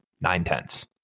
nine-tenths